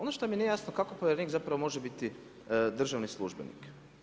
Ono što mi nije jasno, kako povjerenik zapravo može biti državni službenik.